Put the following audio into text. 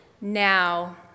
now